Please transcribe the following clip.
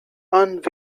and